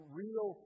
real